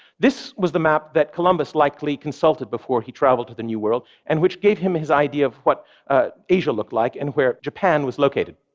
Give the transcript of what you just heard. this was the map that columbus likely consulted before he traveled to the new world and which gave him his idea of what asia looked like and where japan was located.